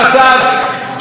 כמו שהיא אמרה על התאגיד,